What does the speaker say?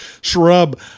Shrub